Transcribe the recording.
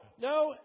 no